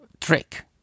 trick